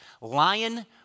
Lion